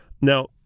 Now